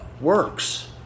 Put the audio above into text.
works